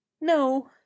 No